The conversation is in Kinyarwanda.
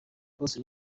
bose